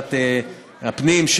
בוועדת הפנים.